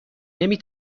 نمی